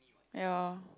ya